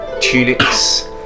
tunics